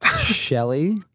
Shelly